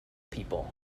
people